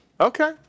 Okay